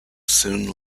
soon